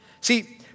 See